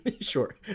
Sure